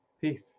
peace